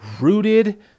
rooted